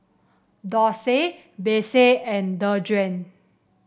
Dorsey Besse and Dejuan